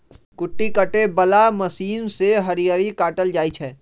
कुट्टी काटे बला मशीन से हरियरी काटल जाइ छै